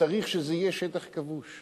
צריך שזה יהיה שטח כבוש,